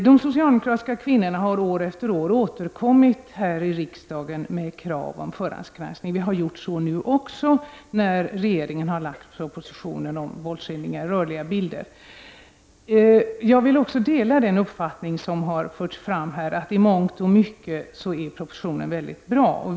De socialdemokratiska kvinnorna har år efter år återkommit här i riksdagen med krav på förhandsgranskning. Vi gjorde så även nu då regeringen lade fram propositionen om våldsskildringar med rörliga bilder. Jag delar den uppfattning som har framförts här i dag, nämligen att propositionen i mångt och mycket är bra.